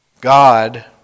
god